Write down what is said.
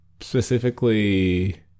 specifically